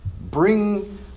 Bring